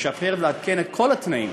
לשפר ולעדכן את כל התנאים.